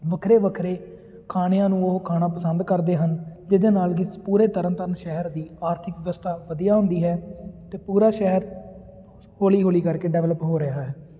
ਵੱਖਰੇ ਵੱਖਰੇ ਖਾਣਿਆਂ ਨੂੰ ਉਹ ਖਾਣਾ ਪਸੰਦ ਕਰਦੇ ਹਨ ਜਿਹਦੇ ਨਾਲ ਕਿ ਪੂਰੇ ਤਰਨਤਾਰਨ ਸ਼ਹਿਰ ਦੀ ਆਰਥਿਕ ਵਿਵਸਥਾ ਵਧੀਆ ਹੁੰਦੀ ਹੈ ਅਤੇ ਪੂਰਾ ਸ਼ਹਿਰ ਹੌਲੀ ਹੌਲੀ ਕਰਕੇ ਡੈਵਲਪ ਹੋ ਰਿਹਾ ਹੈ